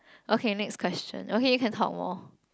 okay next question okay you can talk more